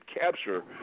capture